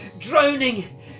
Drowning